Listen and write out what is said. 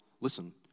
listen